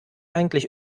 eigentlich